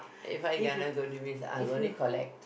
if you if you